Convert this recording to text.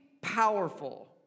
powerful